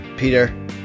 Peter